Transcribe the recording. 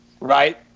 right